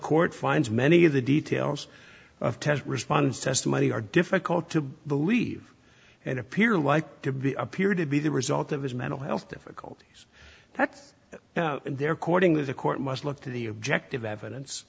court finds many of the details of test response testimony are difficult to believe and appear like to be appear to be the result of his mental health difficulties that they're courting that the court must look to the objective evidence